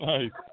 Nice